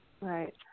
Right